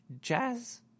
jazz